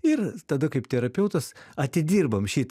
ir tada kaip terapeutas atidirbam šitą